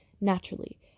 Naturally